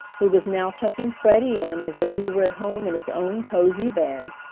who was now tucking freddie in as if he were at home in his own cozy bed.